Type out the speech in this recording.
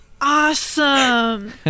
Awesome